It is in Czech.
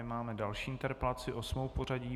Máme další interpelaci, osmou v pořadí.